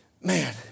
Man